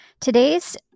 Today's